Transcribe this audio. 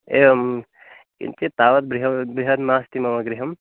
एवं किञ्चित् तावत् बृहद् बृहद् नास्ति मम गृहं